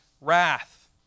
wrath